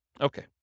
Okay